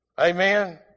Amen